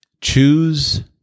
Choose